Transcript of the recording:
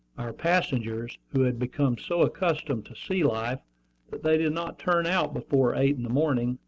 our passengers, who had become so accustomed to sea-life that they did not turn out before eight in the morning,